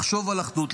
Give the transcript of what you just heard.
לחשוב על אחדות,